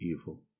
evil